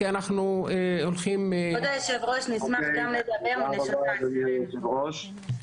תודה רבה אדוני היושב-ראש,